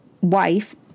wife